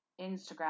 Instagram